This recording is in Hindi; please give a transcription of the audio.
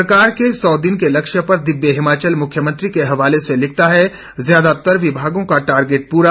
सरकार के सौ दिन के लक्ष्य पर दिव्य हिमाचल मुख्यमंत्री के हवाले से लिखता है ज्यादातर विभागों का टारगेट प्ररा